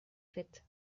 faite